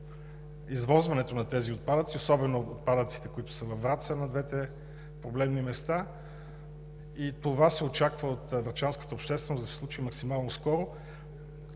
извозването на тези отпадъци, особено отпадъците, които са във Враца – на двете проблемни места. Това се очаква от врачанската общественост да се случи максимално скоро.